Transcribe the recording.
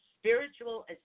Spiritual